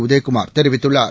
உதயகுமார் தெரிவித்துள்ளார்